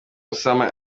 osama